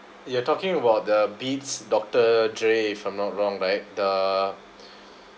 you're talking about the Beats doctor dre if I'm not wrong right the